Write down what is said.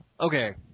Okay